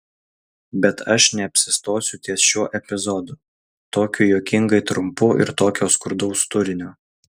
bet aš neapsistosiu ties šiuo epizodu tokiu juokingai trumpu ir tokio skurdaus turinio